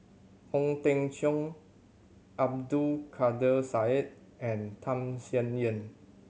Ong Teng Cheong Abdul Kadir Syed and Tham Sien Yen